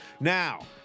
Now